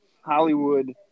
hollywood